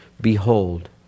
behold